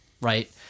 right